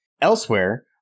Elsewhere